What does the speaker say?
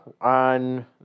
on